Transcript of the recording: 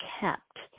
kept